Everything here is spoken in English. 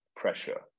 pressure